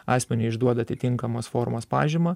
asmeniui išduoda atitinkamos formos pažymą